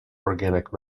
organic